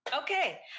Okay